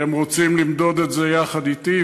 אתם רוצים למדוד את זה יחד אתי?